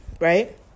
Right